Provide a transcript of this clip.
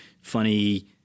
funny